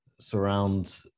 surround